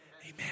Amen